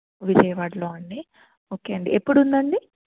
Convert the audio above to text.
విజయవాడలో అండి ఓకే అండి ఎప్పుడుందండీ